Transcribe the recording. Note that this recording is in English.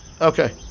Okay